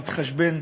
להתחשבן,